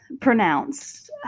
pronounced